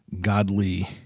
godly